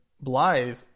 blithe